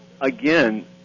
again